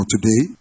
today